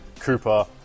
Cooper